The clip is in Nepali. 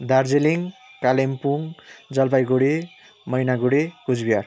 दार्जिलिङ कालिम्पोङ जलपाइगुडी मैनागुडी कोचबिहार